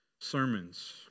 sermons